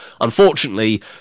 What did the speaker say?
Unfortunately